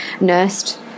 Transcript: nursed